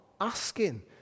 asking